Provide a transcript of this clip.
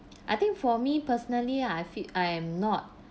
I think for me personally I feel I am not